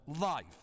life